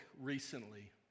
recently